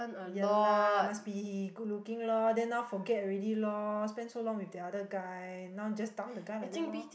ya lah must be good looking lor then now forget already lor spend so long with the another guy now just dump the guy like that lor